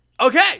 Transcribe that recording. okay